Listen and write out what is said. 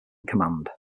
command